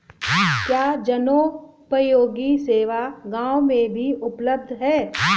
क्या जनोपयोगी सेवा गाँव में भी उपलब्ध है?